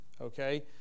Okay